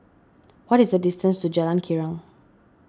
what is the distance to Jalan Girang